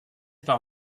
par